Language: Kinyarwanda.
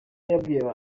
yabwiye